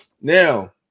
now